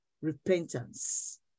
Repentance